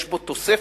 יש בו תוספת,